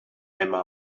emma